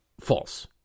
false